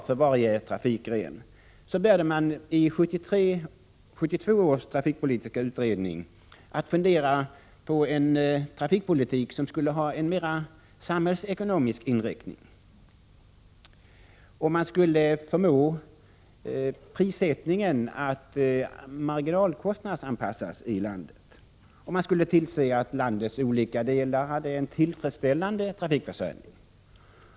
Men i 1972 års trafikpolitiska utredning började man fundera på en trafikpolitik som skulle ha en mer samhällsekonomisk inriktning. Man skulle försöka åstadkomma en marginalkostnadsanpassad prissättning och vidare tillse att landets olika delar hade en tillfredsställande trafikförsörjning.